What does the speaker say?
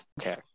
Okay